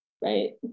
right